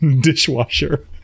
dishwasher